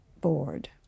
bored